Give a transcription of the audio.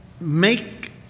make